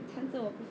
看着我